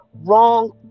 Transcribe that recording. wrong